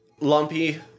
Lumpy